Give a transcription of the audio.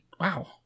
Wow